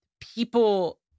people –